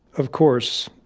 of course.